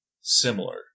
similar